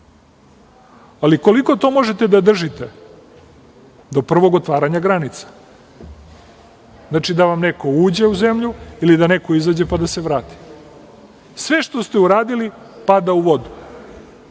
ali koliko to možete da držite? Do prvog otvaranja granica, znači, da vam neko uđe u zemlju, ili da neko izađe pa da se vrati. Sve što ste uradili, pada u vodu. Iz